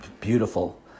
beautiful